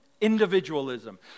individualism